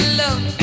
love